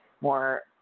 more